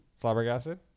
Flabbergasted